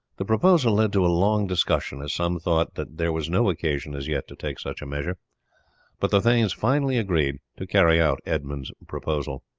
the proposal led to a long discussion, as some thought that there was no occasion as yet to take such a measure but the thanes finally agreed to carry out edmund's proposal.